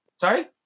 Sorry